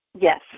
Yes